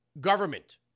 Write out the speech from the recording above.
government